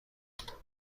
جدیدترین